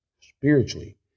spiritually